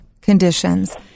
conditions